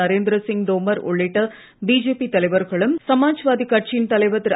நரேந்திரசிங் தோமர் உள்ளிட்ட பிஜேபி தலைவர்களும் சமாஜ்சாதிக் கட்சியின் தலைவர் திரு